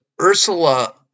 Ursula